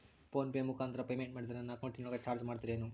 Phone pay ಮುಖಾಂತರ payment ಮಾಡಿದರೆ ನನ್ನ ಅಕೌಂಟಿನೊಳಗ ಚಾರ್ಜ್ ಮಾಡ್ತಿರೇನು?